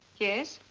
yes.